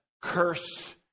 curse